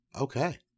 Okay